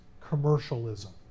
commercialism